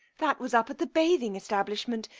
that was up at the bathing establishment.